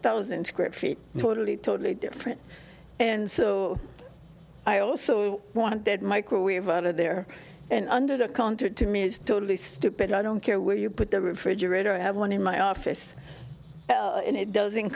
thousand square feet totally totally different and so i also want to bed microwave out of there and under the counter to me is totally stupid i don't care where you put the refrigerator i have one in my office and it doesn't